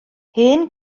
hen